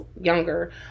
younger